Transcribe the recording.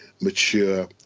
mature